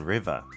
River